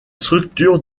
structures